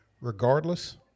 regardless